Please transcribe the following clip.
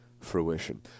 fruition